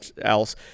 else